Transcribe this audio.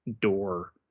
door